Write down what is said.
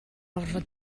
orfod